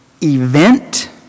event